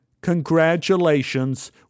congratulations